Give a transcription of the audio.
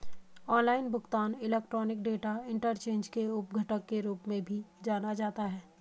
online भुगतान electronic data interchange के उप घटक के रूप में भी जाना जाता है